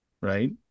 Right